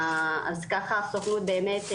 כך הסוכנות באמת,